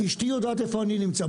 אשתי יודעת איפה אני נמצא.